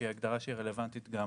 שהיא הגדרה שרלוונטית גם